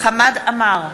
חמד עמאר,